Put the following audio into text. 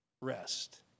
rest